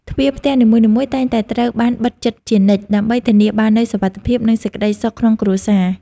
ទ្វារផ្ទះនីមួយៗតែងតែត្រូវបានបិទជិតជានិច្ច ដើម្បីធានាបាននូវសុវត្ថិភាព និងសេចក្តីសុខក្នុងគ្រួសារ។